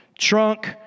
trunk